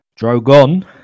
Drogon